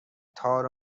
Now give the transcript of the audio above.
تار